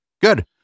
Good